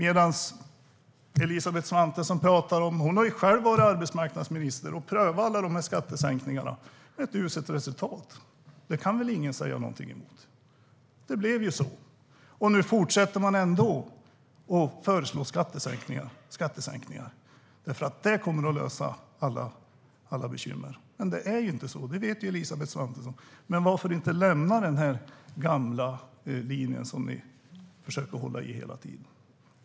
Elisabeth Svantesson har varit arbetsmarknadsminister och prövat alla dessa skattesänkningar med ett uselt resultat. Det kan väl ingen säga någonting emot? Det blev på det sättet. Nu fortsätter ni ändå att föreslå skattesänkningar eftersom det kommer att lösa alla bekymmer. Men det är inte så, och det vet Elisabeth Svantesson. Men varför lämnar ni inte denna gamla linje som ni hela tiden försöker hålla fast vid?